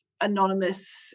Anonymous